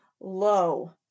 low